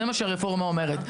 זה מה שהרפורמה אומרת.